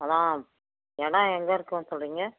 அதுதான் இடம் எங்கே இருக்குதுன்னு சொல்றீங்க